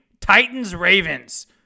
Titans-Ravens